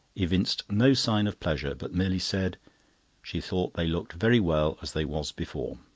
evinced no sign of pleasure, but merely said she thought they looked very well as they was before.